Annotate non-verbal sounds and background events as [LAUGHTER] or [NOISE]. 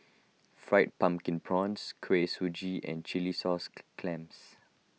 Fried Pumpkin Prawns Kuih Suji and Chilli Sauce [NOISE] Clams